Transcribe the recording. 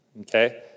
Okay